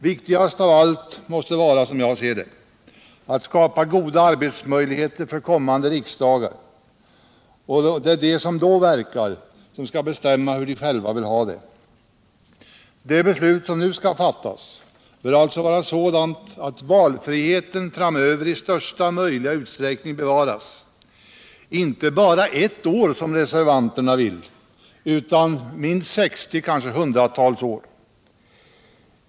Viktigast av allt måste, som jag ser det, vara att skapa goda arbetsmöjligheter för kommande riksdagar och att det är de som då verkar som skall bestämma hur de själva vill ha det. Det beslut som nu skall fattas bör alltså vara sådant att valfriheten framöver i största möjliga utsträckning bevaras, inte bara ett år, som reservanterna vill, utan minst 60, kanske hundratals år.